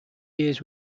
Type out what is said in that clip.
years